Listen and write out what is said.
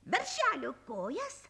veršelio kojas